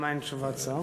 למה אין תשובת שר?